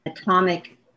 atomic